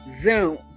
Zoom